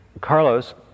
Carlos